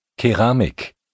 Keramik